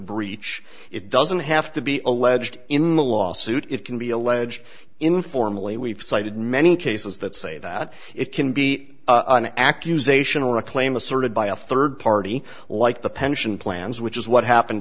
breach it doesn't have to be alleged in the lawsuit it can be alleged informally we've cited many cases that say that it can be an accusation or a claim asserted by a third party like the pension plans which is what happened